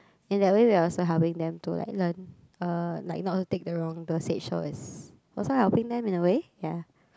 in that way we are also helping them to like learn uh like not take the wrong dosage so it's also helping them in a way ya